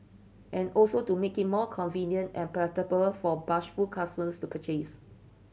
and also to make it more convenient and palatable for bashful customers to purchase